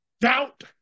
doubt